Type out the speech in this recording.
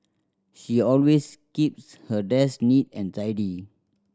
she always keeps her desk neat and tidy